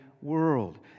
world